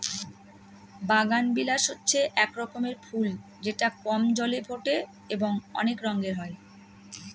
বাগানবিলাস হচ্ছে এক রকমের ফুল যেটা কম জলে ফোটে এবং অনেক রঙের হয়